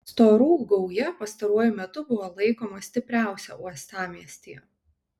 storų gauja pastaruoju metu buvo laikoma stipriausia uostamiestyje